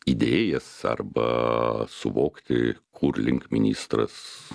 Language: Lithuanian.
idėjas arba suvokti kur link ministras